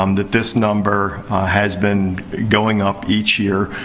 um that this number has been going up each year.